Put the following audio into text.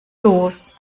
los